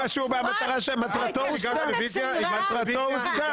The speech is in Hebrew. הצעירה ------ מטרתו הושגה --- אורית,